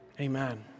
Amen